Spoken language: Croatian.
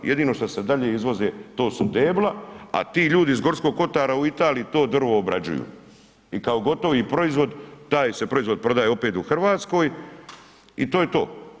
Jedino što se dalje izvoze to su debla a ti ljudi iz Gorskog kotara u Italiji to drvo obrađuju i kao gotovi proizvod taj se proizvod prodaje opet u RH i to je to.